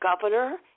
governor